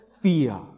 fear